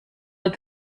but